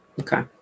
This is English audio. Okay